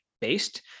based